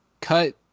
cut